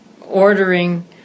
ordering